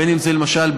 למשל,